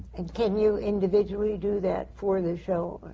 and can you individually do that for the show?